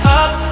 up